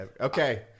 Okay